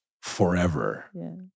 forever